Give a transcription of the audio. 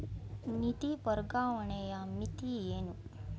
ನಿಧಿ ವರ್ಗಾವಣೆಯ ಮಿತಿ ಏನು?